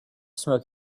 smoke